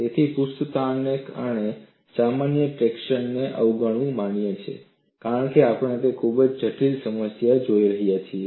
તેથી પૃષ્ઠતાણને કારણે સામાન્ય ટ્રેક્શન ને અવગણવું માન્ય છે કારણ કે આપણે એક ખૂબ જ જટિલ સમસ્યા જોઈ રહ્યા છીએ